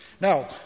Now